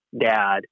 dad